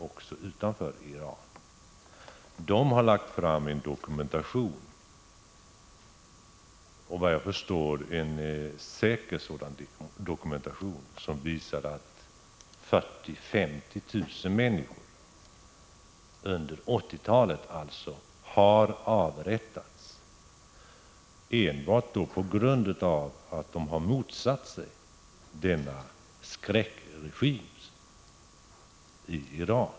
Denna organisation har lagt fram en enligt vad jag förstår säker dokumentation som visar att 40 000-50 000 människor under 1980-talet har avrättats enbart på grund av att de motsatt sig skräckregimen i Iran.